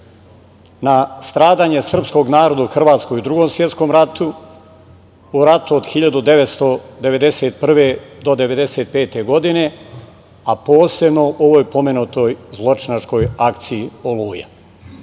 na stradanje srpskog naroda u Hrvatskoj u Drugom svetskom ratu, u ratu od 1991. do 1995. godine, a posebno ovoj pomenutoj zločinačkoj akciji „Oluja“,